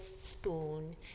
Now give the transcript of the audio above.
spoon